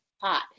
hot